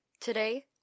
today